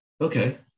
Okay